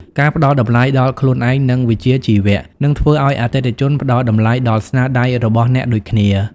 ការផ្ដល់តម្លៃដល់ខ្លួនឯង និងវិជ្ជាជីវៈ នឹងធ្វើឱ្យអតិថិជនផ្ដល់តម្លៃដល់ស្នាដៃរបស់អ្នកដូចគ្នា។